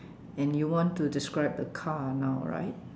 and you want to describe the car now right